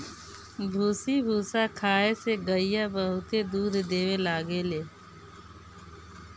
भूसी भूसा खाए से गईया बहुते दूध देवे लागेले